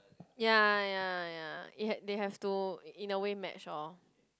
ya ya ya it have they have to in a way match orh